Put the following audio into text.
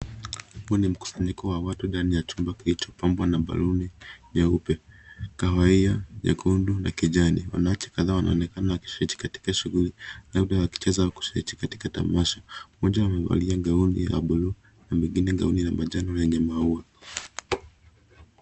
Huu ni mkusanyiko wa watu ndani ya chumba kilichopambwa na balloon nyeupe, kahawia, nyekundu na kijani . Wanawake kadhaa wanaoenekana wakishiriki katika shughuli labda wakicheza kusheti katika tamasha. Mmoja amevalia gauni ya buluu na mwingine gauni ya manjano lenye maua.